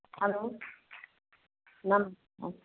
hello नमस्ते